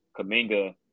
Kaminga